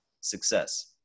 success